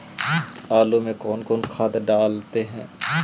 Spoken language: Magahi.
आलू में कौन कौन खाद डालते हैं?